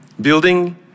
Building